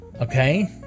Okay